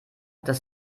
dass